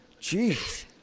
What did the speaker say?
Jeez